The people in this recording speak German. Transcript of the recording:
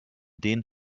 den